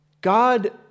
God